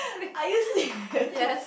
are you serious